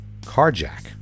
carjack